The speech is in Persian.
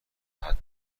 حتی